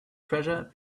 treasure